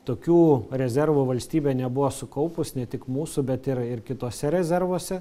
tokių rezervų valstybė nebuvo sukaupus ne tik mūsų bet ir ir kituose rezervuose